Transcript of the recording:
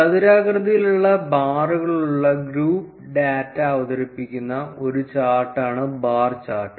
ചതുരാകൃതിയിലുള്ള ബാറുകളുള്ള group data അവതരിപ്പിക്കുന്ന ഒരു ചാർട്ടാണ് ബാർ ചാർട്ട്